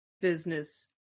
business